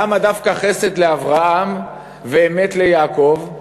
למה דווקא חסד לאברהם ואמת ליעקב?